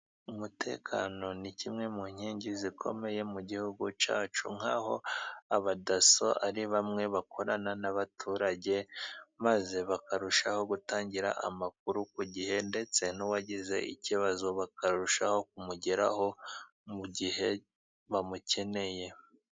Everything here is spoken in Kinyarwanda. Umutekano ni kimwe mu nkingi zikomeye mu gihugu cyacu, nk'aho abadaso ari bamwe bakorana n'abaturage maze bakarushaho gutangira amakuru ku gihe, ndetse n'uwagize ikibazo bakarushaho kumugeraho mu gihe bamukeneye.